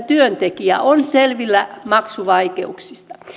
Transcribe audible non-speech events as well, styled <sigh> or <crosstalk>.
<unintelligible> työntekijä on selvillä maksuvaikeuksista